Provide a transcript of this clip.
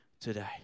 today